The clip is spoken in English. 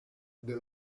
the